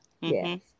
Yes